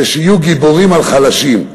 זה שיהיו גיבורים על חלשים.